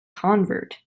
convert